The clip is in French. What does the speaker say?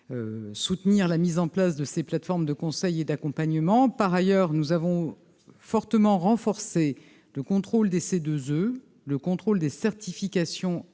soutenir la mise en place de ces plateformes de conseils et d'accompagnement par ailleurs nous avons fortement renforcé le contrôle des ses 2 E le contrôle des certification